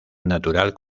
natural